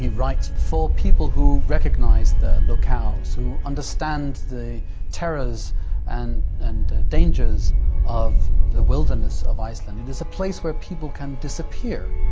writes for people who recognise the locales, who understand the terrors and and dangers of the wilderness of iceland. and it's a place where people can disappear.